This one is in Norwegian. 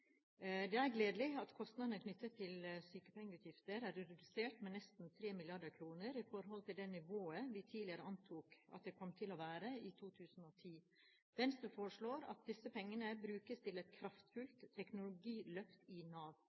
Det er gledelig at kostnadene knyttet til sykepengeutgifter er redusert med nesten 3 mrd. kr i forhold til det nivået vi tidligere antok at det kom til å være på i 2010. Venstre foreslår at disse pengene brukes til et kraftfullt teknologiløft i Nav.